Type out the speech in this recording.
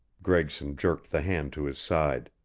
gregson jerked the hand to his side.